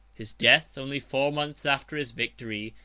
his death, only four months after his victory,